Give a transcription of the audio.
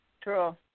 True